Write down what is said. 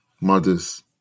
mothers